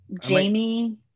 Jamie